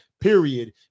period